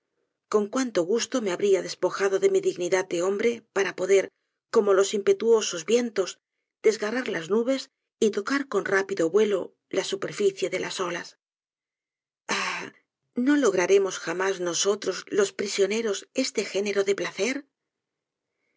con cuánto gusto me habría despojado de mi dignidad de hombre para poder como los impetuosos vientos desgarrar las nubes y tocar con rápido vuelo la superficie de las olas ah no lograremos jamás nosotros los prisioneros este género de placer